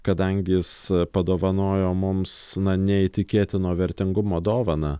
kadangi jis padovanojo mums na neįtikėtino vertingumo dovaną